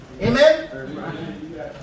Amen